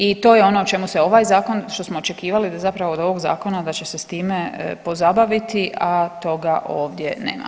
I to je ono o čemu se ovaj zakon, što smo očekivali da zapravo od ovog zakona da će se s time pozabaviti, a toga ovdje nema.